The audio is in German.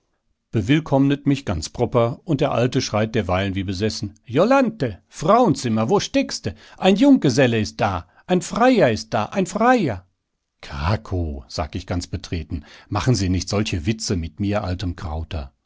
bewillkommnet mich ganz proper und der alte schreit derweilen wie besessen jolanthe frauenzimmer wo steckste ein junggeselle ist da ein freier ist da ein freier krakow sag ich ganz betreten machen sie nicht solche witze mit mir altem krauter